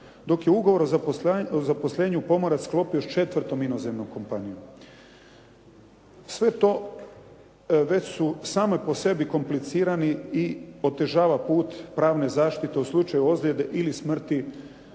Dok je ugovor o zaposlenju pomorac sklopio s četvrtom inozemnom kompanijom. Sve to već su same po sebi komplicirani i otežava put pravne zaštite u slučaju ozljede ili smrti